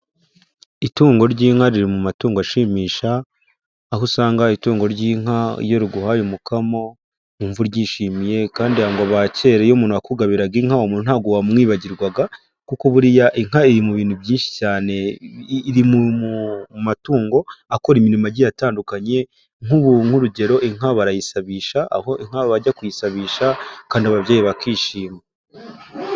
Itungo ry'inka riri mu matungo ashimisha, aho usanga itungo ry'inka iyo ruguhaye umukamo wumva uryishimiye kandi ngo aba kera, iyo umuntu yakugabiraga inka, uwo umuntu ntabwo wamwibagirwaga kuko buriya inka iri mu bintu byinshi cyane, iri mu matungo akora imirimo igiye atandukanye nk'urugero inka barayisabisha, aho inka bajya kuyisabisha kandi ababyeyi bakishima.